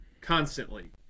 constantly